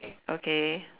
okay